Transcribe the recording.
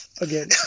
Again